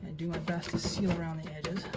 do my best to seal around the edges.